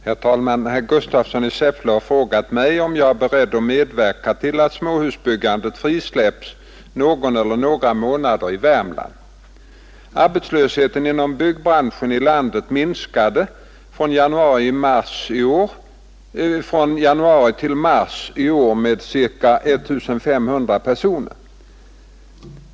Herr talman! Herr Gustafsson i Säffle har frågat mig om jag är beredd att medverka till att småhusbyggandet frisläpps någon eller några månader i Värmland. Arbetslösheten inom byggnadsbranschen i landet minskade från januari till mars i år med ca 1 500 personer.